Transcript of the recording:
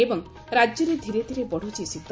ଏବଂ ରାକ୍ୟରେ ଧୀରେ ଧୀରେ ବତ୍ରଛି ଶୀତ